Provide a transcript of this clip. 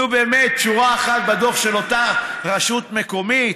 נו באמת, שורה אחת בדוח של אותה רשות מקומית?